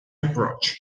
approach